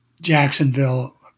jacksonville